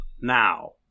now